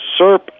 SERP